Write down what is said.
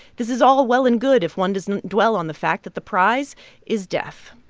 this is all well and good if one doesn't dwell on the fact that the prize is death